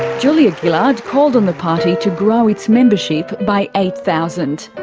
julia gillard called on the party to grow its membership by eight thousand.